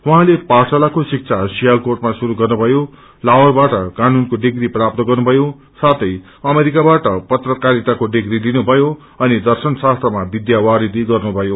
उहाँले पाठशालको शिबा सियालकोटमा श्रुरू गर्नुभयो लाहौरबाट कानूनको डिप्री प्राप्त गर्नुभयो साथै अमेरिकाबाट पत्रकारिताको डिप्री लिनुभयो अनि दर्शनशास्त्रमा विध्यावरिषि गर्नुभयो